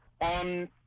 on